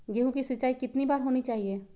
गेहु की सिंचाई कितनी बार होनी चाहिए?